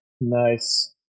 Nice